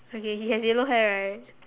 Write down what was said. okay he has yellow hair right